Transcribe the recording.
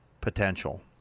Potential